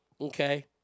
Okay